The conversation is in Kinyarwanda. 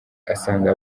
asanga